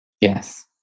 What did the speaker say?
Yes